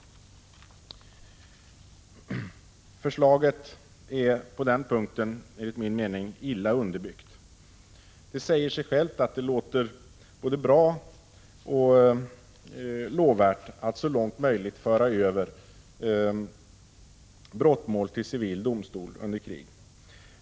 Förslaget är enligt min mening illa underbyggt. Det låter både bra och lovvärt att man under krig så långt möjligt skall föra över brottmål till civil domstol.